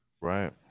Right